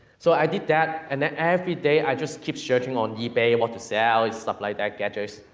so, i did that, and then every day, i just keep searching on ebay, what to sell and stuff like that, gadgets.